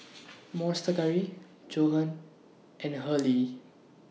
Monster Curry Johan and Hurley